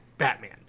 Batman